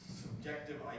subjective